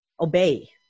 obey